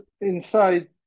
Inside